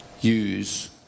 use